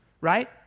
Right